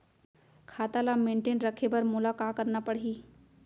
खाता ल मेनटेन रखे बर मोला का करना पड़ही?